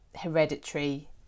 hereditary